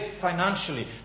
financially